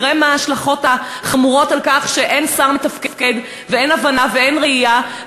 תראה מה ההשלכות החמורות על כך שאין שר מתפקד ואין הבנה ואין ראייה.